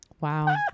Wow